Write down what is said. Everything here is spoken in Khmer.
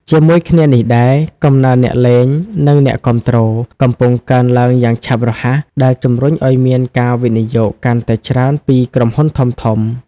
ជាមួយគ្នានេះដែរ កំណើនអ្នកលេង និងអ្នកគាំទ្រ កំពុងកើនឡើងយ៉ាងឆាប់រហ័ស ដែលជំរុញឱ្យមានការវិនិយោគកាន់តែច្រើនពី ក្រុមហ៊ុនធំៗ។